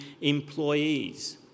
employees